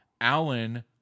Allen